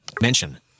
Mention